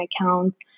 accounts